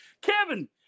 Kevin